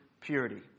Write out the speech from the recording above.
purity